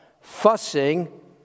fussing